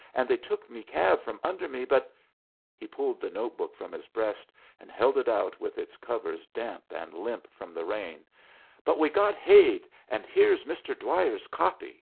and they took me cab from under me but he pulled the notebook from his breast and held it out with its covers damp and limp from the rain but we got hade, and here's mr. dwyer's copy.